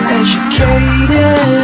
educated